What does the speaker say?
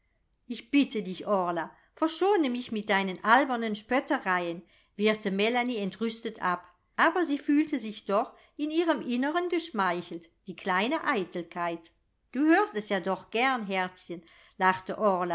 ich bitte dich orla verschone mich mit deinen albernen spöttereien wehrte melanie entrüstet ab aber sie fühlte sich doch in ihrem inneren geschmeichelt die kleine eitelkeit du hörst es ja doch gern herzchen lachte